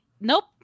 Nope